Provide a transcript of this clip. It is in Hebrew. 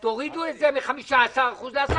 אני מבקש שתורידו את זה מ-15% ל-10%.